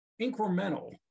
incremental